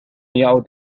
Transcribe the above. يعد